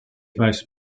most